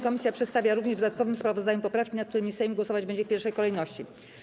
Komisja przedstawia również w dodatkowym sprawozdaniu poprawki, nad którymi Sejm głosować będzie w pierwszej kolejności.